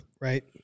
Right